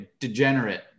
degenerate